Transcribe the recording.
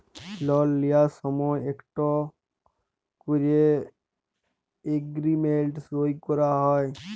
লল লিঁয়ার সময় ইকট ক্যরে এগ্রীমেল্ট সই ক্যরা হ্যয়